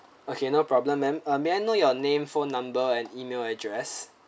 okay no problem ma'am uh may I know your name phone number and email address